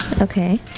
Okay